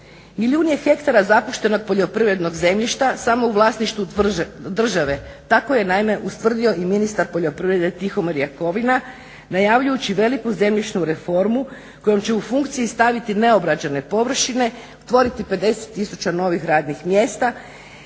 Milijun je hektara zapuštenog poljoprivrednog zemljišta samo u vlasništvu države. Tako je naime ustvrdio i ministar poljoprivrede Tihomir Jakovina najavljujući veliku zemljišnu reformu kojom će u funkciju staviti neobrađene površine, otvoriti 50 tisuća novih radnih mjesta i